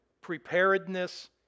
preparedness